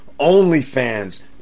OnlyFans